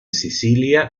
sicilia